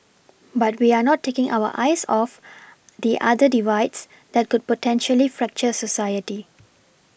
but we are not taking our eyes off the other divides that could potentially fracture society